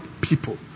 people